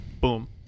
boom